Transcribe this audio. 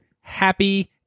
Happy